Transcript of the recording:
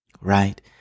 right